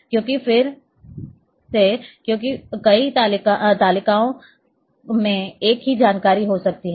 क्यों फिर से क्योंकि कई तालिकाओं में एक ही जानकारी हो सकती है